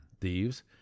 thieves